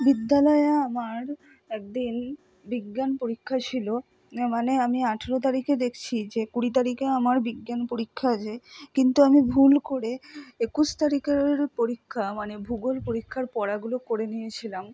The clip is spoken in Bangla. বিদ্যালয়ে আমার এক দিন বিজ্ঞান পরীক্ষা ছিলো না মানে আমি আঠেরো তারিখে দেখছি যে কুড়ি তারিখে আমার বিজ্ঞান পরীক্ষা আছে কিন্তু আমি ভুল করে একুশ তারিখের পরীক্ষা মানে ভূগোল পরীক্ষার পড়াগুলো করে নিয়েছিলাম